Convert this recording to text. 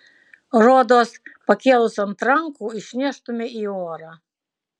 rodos pakėlus ant rankų išneštumei į orą